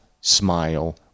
smile